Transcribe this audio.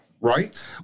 right